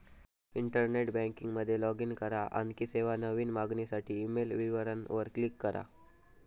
internet banking मध्ये log in करा, आणखी सेवा, नवीन मागणीसाठी ईमेल विवरणा वर क्लिक करा